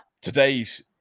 today's